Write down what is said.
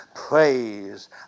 praise